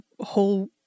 whole